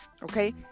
Okay